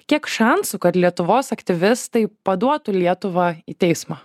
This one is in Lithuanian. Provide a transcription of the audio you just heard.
kiek šansų kad lietuvos aktyvistai paduotų lietuvą į teismą